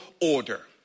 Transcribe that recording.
order